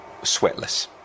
sweatless